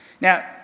Now